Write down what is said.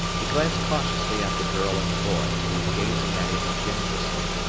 he glanced cautiously at the girl and the boy, who were gazing at him ingenuously.